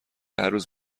هرروز